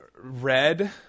red